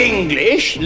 English